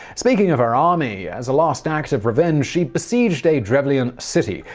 speaking of her army, as a last act of revenge, she besieged a drevlyan city.